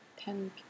ten